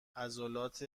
عضلات